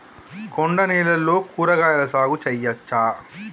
కొండ నేలల్లో కూరగాయల సాగు చేయచ్చా?